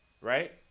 right